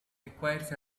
requires